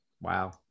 Wow